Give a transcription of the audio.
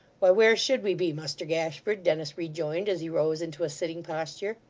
why, where should we be, muster gashford dennis rejoined as he rose into a sitting posture.